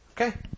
Okay